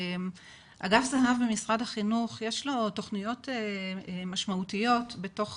אגף זה"ב במשרד החינוך יש לו תכניות משמעותיות בתוך